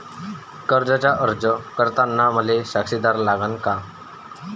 कर्जाचा अर्ज करताना मले साक्षीदार लागन का?